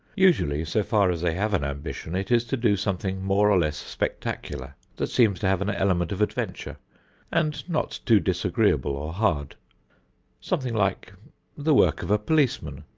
usually, so far as they have an ambition, it is to do something more or less spectacular that seems to have an element of adventure and not too disagreeable or hard something like the work of a policeman,